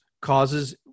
causes